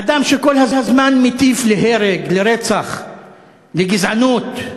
אדם שכל הזמן מטיף להרג, לרצח, לגזענות.